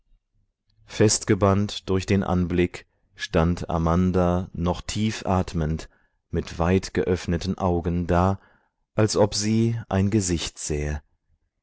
festgebannt durch den anblick stand amanda noch tief atmend mit weitgeöffneten augen da als ob sie ein gesicht sähe